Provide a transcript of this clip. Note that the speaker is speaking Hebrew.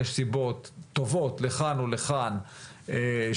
ישנן סיבות טובות לכאן או לכאן שנשמעו.